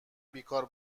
بیکار